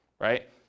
right